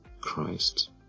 Christ